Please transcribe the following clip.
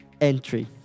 entry